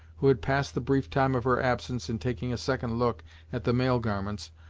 who had passed the brief time of her absence in taking a second look at the male garments,